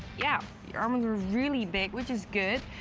yeah. your arms were really big, which is good,